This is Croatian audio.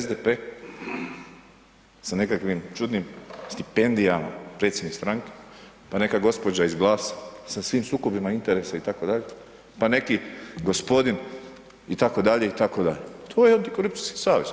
SDP sa nekakvim čudnim stipendijama predsjednik stranke, pa neka gospođa iz GLAS-a sa svim sukobima interesa itd., pa neki gospodin itd., itd., to je antikorupcijski savez.